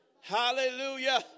Hallelujah